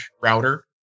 router